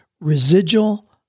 residual